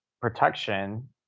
protection